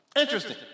Interesting